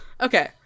Okay